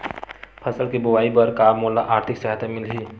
फसल के बोआई बर का मोला आर्थिक सहायता मिलही?